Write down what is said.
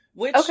Okay